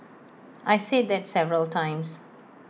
I said that several times